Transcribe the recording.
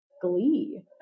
glee